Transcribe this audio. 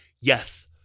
Yes